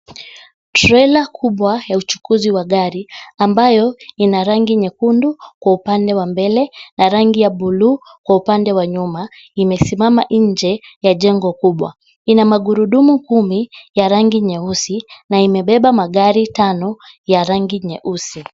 Trela kubwa ya uchukuzi wa magari ambayo inarangi nyekundu kwa upande wa mbele na rangi ya buluu kwa upande wa nyuma imesimama nje ya jengo kubwa ina magurudumu kumi ya rangi nyeusi na imebeba magari tano ya rangi nyeusi.